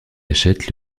achètent